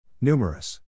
Numerous